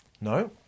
No